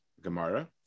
Gemara